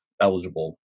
eligible